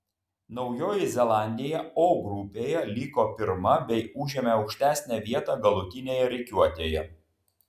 naujoji zelandija o grupėje liko pirma bei užėmė aukštesnę vietą galutinėje rikiuotėje